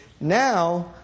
Now